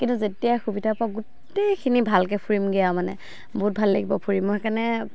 কিন্তু যেতিয়াই সুবিধা পাও গোটেইখিনি ভালকৈ ফুৰিমগৈ মানে বহুত ভাল লাগিব ফুৰি মই সেইকাৰণে